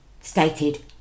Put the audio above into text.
stated